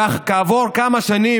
וכעבור כמה שנים,